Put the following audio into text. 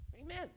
Amen